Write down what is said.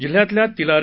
जिल्ह्यतल्या Tilari